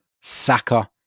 Saka